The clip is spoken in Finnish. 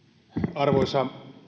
arvoisa